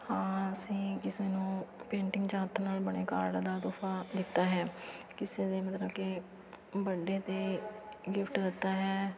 ਹਾਂ ਅਸੀਂ ਕਿਸੇ ਨੂੰ ਪੇਂਟਿੰਗ ਜਾਂ ਹੱਥ ਨਾਲ ਬਣੇ ਕਾਰਡ ਦਾ ਤੋਹਫਾ ਦਿੱਤਾ ਹੈ ਕਿਸੇ ਦੇ ਮਤਲਬ ਕਿ ਬਰਡੇ 'ਤੇ ਗਿਫਟ ਦਿੱਤਾ ਹੈ